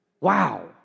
Wow